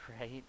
Right